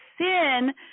sin